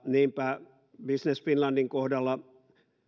niinpä business finlandin kohdalla